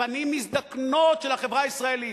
פנים מזדקנות של החברה הישראלית.